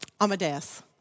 Amadeus